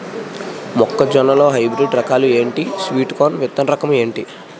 మొక్క జొన్న లో హైబ్రిడ్ రకాలు ఎంటి? స్వీట్ కార్న్ విత్తన రకం ఏంటి?